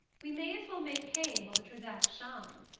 we may as well make hay while the trezac shines.